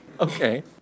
Okay